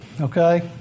okay